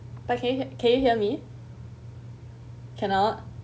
but can you can you hear me cannot